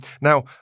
Now